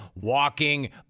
walking